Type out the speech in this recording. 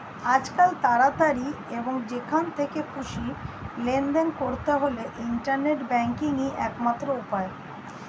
আজকাল তাড়াতাড়ি এবং যেখান থেকে খুশি লেনদেন করতে হলে ইন্টারনেট ব্যাংকিংই একমাত্র উপায়